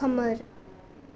खोमोर